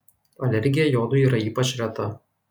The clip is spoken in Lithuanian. alergija jodui yra ypač reta